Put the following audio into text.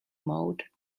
mode